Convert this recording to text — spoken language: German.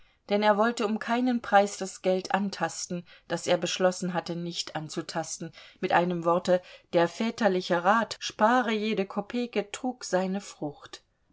denn er wollte um keinen preis das geld antasten das er beschlossen hatte nicht anzutasten mit einem worte der väterliche rat spare jede kopeke trug seine frucht